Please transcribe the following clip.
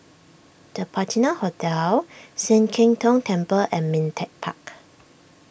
the Patina Hotel Sian Keng Tong Temple and Ming Teck Park